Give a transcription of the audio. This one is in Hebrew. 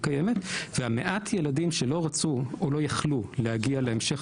היא קיימת ומעט הילדים שלא רצו או לא יכלו להגיע להמשך